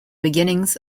beginnings